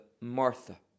Martha